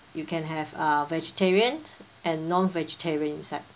you can have uh vegetarians and non vegetarians inside